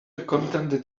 contented